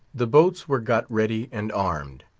the boats were got ready and armed.